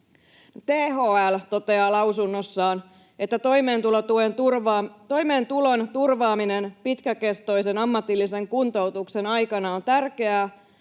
THL toteaa lausunnossaan, että toimeentulon turvaaminen pitkäkestoisen ammatillisen kuntoutuksen aikana on tärkeää,